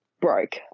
broke